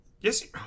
Yes